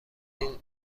این